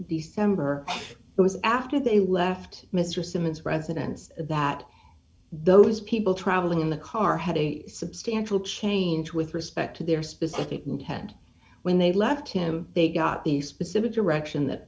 temblor it was after they left mr simmons residence that those people traveling in the car had a substantial change with respect to their specific intent when they left him they got the specific direction that